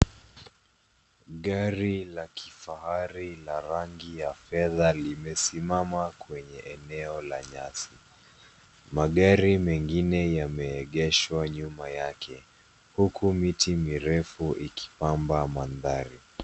Gari la kifahari la rangi ya fedha limesimama kwenye eneo la nyasi. Magari mengine yameegeshwa nyuma yake huku miti mirefu ikipamba mandhari.